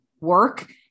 work